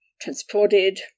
transported